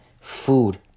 Food